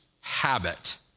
habit